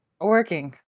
working